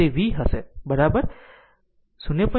જો તે વી હશે બરાબર 0